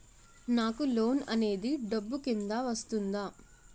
నాకు లోన్ అనేది డబ్బు కిందా వస్తుందా?